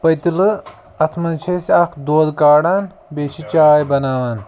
پٔتلہٕ اَتھ منٛز چھِ أسۍ اَکھ دۄدھ کاران بیٚیہِ چھِ چاے بَناوان